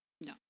No